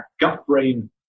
gut-brain